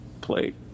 played